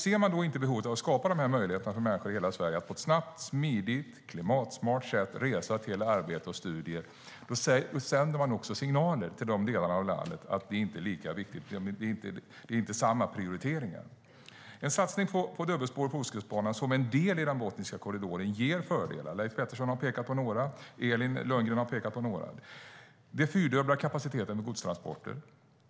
Ser man då inte behovet av att skapa möjligheter för människor i hela Sverige att på ett snabbt, smidigt och klimatsmart sätt resa till arbete och studier sänder man också signaler till delar av landet att de inte är lika viktiga, att det inte är samma prioriteringar. En satsning på dubbelspår på Ostkustbanan, som en del i Botniska korridoren, ger fördelar. Leif Pettersson har pekat på några, och Elin Lundgren har pekat på några. Det fyrdubblar kapaciteten för godstransporter.